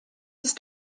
ist